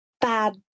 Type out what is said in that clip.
bad